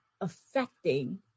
affecting